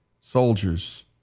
soldiers